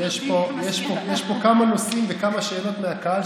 יש פה כמה נושאים וכמה שאלות מהקהל,